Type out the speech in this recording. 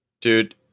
Dude